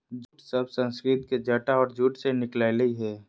jute शब्द संस्कृत के जटा और जूट से निकल लय हें